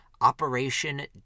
Operation